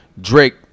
Drake